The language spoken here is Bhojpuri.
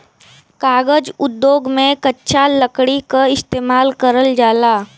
कागज उद्योग में कच्चा लकड़ी क इस्तेमाल करल जाला